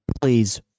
Please